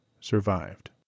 survived